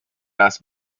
las